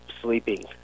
sleeping